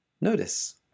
notice